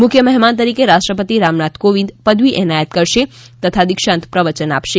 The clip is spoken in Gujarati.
મુખ્ય મહેમાન તરીકે રાષ્ટ્રપતિ રામનાથ કોવિદ પદવી એનાયત કરશે તથા દીક્ષાંત પ્રવચન આપશે